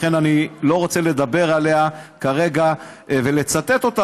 לכן אני לא רוצה לדבר עליה כרגע ולצטט אותה,